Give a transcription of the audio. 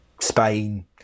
Spain